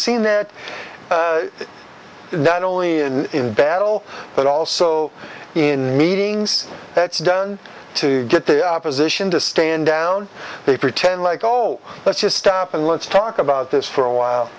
seen that not only in battle but also in meetings that's done to get the opposition to stand down they pretend like oh let's just stop and let's talk about this for a while